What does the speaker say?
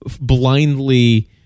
blindly